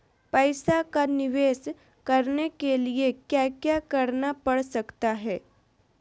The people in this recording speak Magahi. पैसा का निवेस करने के लिए क्या क्या करना पड़ सकता है?